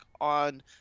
on